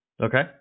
Okay